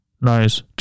nice